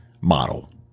model